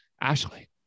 Ashley